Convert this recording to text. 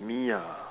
me ah